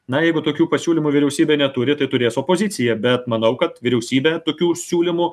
na jeigu tokių pasiūlymų vyriausybė neturi tai turės opozicija bet manau kad vyriausybė tokių siūlymų